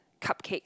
cupcakes